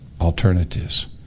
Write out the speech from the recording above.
alternatives